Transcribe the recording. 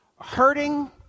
hurting